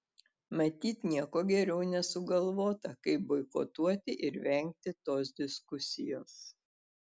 matyt nieko geriau nesugalvota kaip boikotuoti ir vengti tos diskusijos